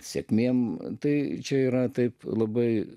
sėkmėm tai čia yra taip labai